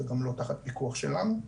זה גם לא תחת פיקוח שלנו.